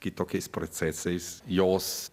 kitokiais procesais jos